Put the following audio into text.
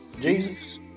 Jesus